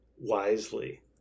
wisely